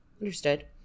understood